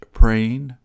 praying